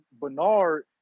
Bernard